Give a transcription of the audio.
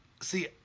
See